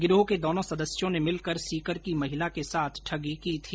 गिरोह के दोनो सदस्यों ने मिलकर सीकर की महिला के साथ ठगी की थी